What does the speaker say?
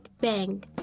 bang